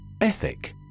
Ethic